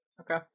Okay